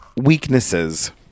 weaknesses